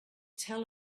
tell